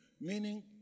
meaning